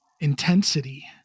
intensity